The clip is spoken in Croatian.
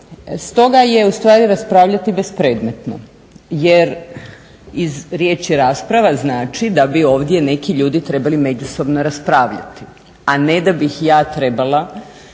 Stoga je u stvari raspravljati bespredmetno, jer iz riječi rasprava znači da bi ovdje neki ljudi trebali međusobno raspravljati, a ne da bih ja trebala